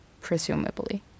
presumably